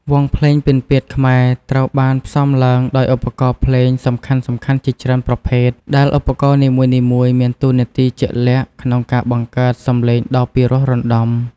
វង់ភ្លេងពិណពាទ្យខ្មែរត្រូវបានផ្សំឡើងដោយឧបករណ៍ភ្លេងសំខាន់ៗជាច្រើនប្រភេទ ដែលឧបករណ៍នីមួយៗមានតួនាទីជាក់លាក់ក្នុងការបង្កើតសំឡេងដ៏ពិរោះរណ្តំ។